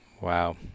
wow